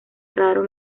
raro